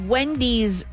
Wendy's